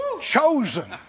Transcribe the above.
Chosen